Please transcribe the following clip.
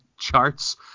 charts